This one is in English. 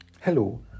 Hello